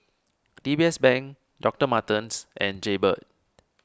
D B S Bank Doctor Martens and Jaybird